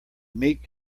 meek